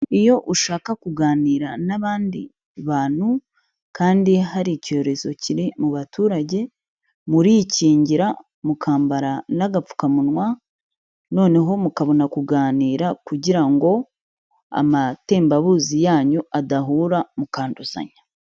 Iyo ushaka kuganira n'abandi bantu kandi hari icyorezo kiri mu baturage murikingira mukambara n'agapfukamunwa, noneho mukabona kuganira kugira ngo amatembabuzi yanyu adahura mukanduzanya.